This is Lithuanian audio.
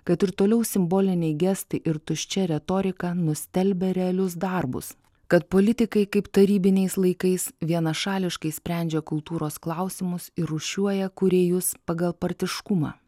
kad ir toliau simboliniai gestai ir tuščia retorika nustelbia realius darbus kad politikai kaip tarybiniais laikais vienašališkai sprendžia kultūros klausimus ir rūšiuoja kūrėjus pagal partiškumą